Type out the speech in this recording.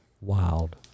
Wild